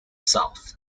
south